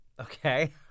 Okay